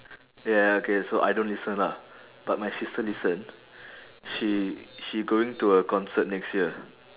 ya okay so I don't listen lah but my sister listen she she going to a concert next year